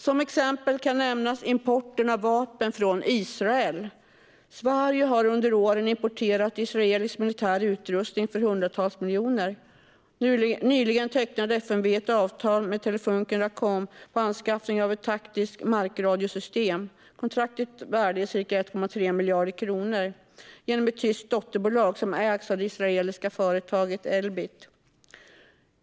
Som exempel kan nämnas importen av vapen från Israel. Sverige har under årens lopp importerat israelisk militär utrustning för hundratals miljoner. Nyligen tecknade FMV ett avtal med Telefunken Racoms för anskaffning av ett taktiskt markradiosystem. Kontraktets värde är ca 1,3 miljarder kronor, och det hela sker genom ett tyskt dotterbolag som ägs av det israeliska företaget Elbit.